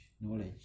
knowledge